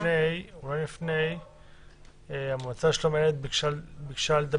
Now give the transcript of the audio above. אולי לפני, המועצה לשלום הילד ביקשה לדבר.